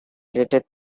related